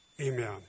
Amen